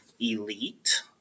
elite